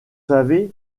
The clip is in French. savez